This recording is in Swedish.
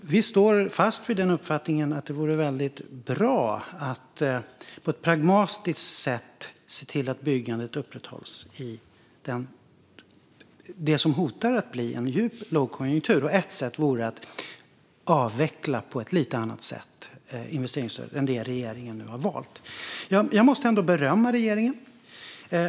Vi står fast vid uppfattningen att det vore väldigt bra att på ett pragmatiskt sätt se till att byggandet upprätthålls i det som hotar att bli en djup lågkonjunktur. Ett sätt vore att avveckla investeringsstödet på ett lite annat sätt än det som regeringen nu har valt. Jag måste ändå berömma regeringen.